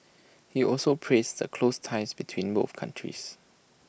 he also praised the close ties between both countries